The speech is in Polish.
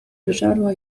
wyżarła